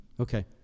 Okay